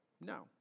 No